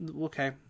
okay